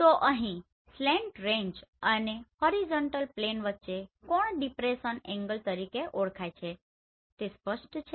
તો અહીં slant range અને હોરિઝોન્ટલ પ્લેન વચ્ચેનો કોણ ડિપ્રેસન એંગલ તરીકે ઓળખાય છે તે સ્પષ્ટ છે